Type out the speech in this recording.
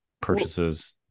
purchases